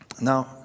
Now